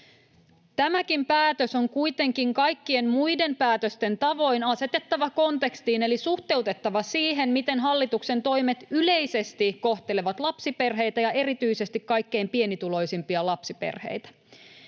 Tämäkin päätös on kuitenkin kaikkien muiden päätösten tavoin asetettava kontekstiin eli suhteutettava siihen, miten hallituksen toimet yleisesti kohtelevat lapsiperheitä ja erityisesti kaikkein pienituloisimpia lapsiperheitä.